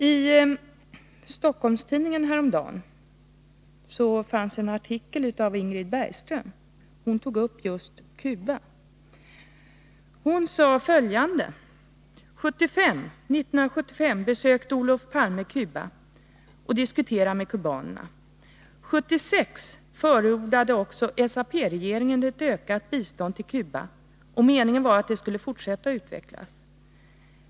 I Stockholms-Tidningen fanns häromdagen en artikel av Ingrid Bergström om just Cuba. Hon skrev följande: ”1975 besökte Olof Palme Kuba och diskuterade med kubanerna. 1976 förordade också SAP-regeringen ett ökat bistånd till Kuba och meningen var att det skulle fortsätta att utvecklas.